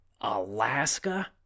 Alaska